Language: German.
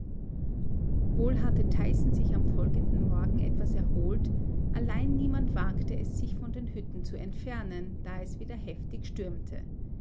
wohl hatte tyson sich am folgenden morgen etwas erholt allein niemand wagte es sich von den hütten zu entfernen da es wieder heftig